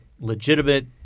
legitimate